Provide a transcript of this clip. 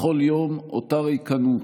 בכל יום אותה ריקנות,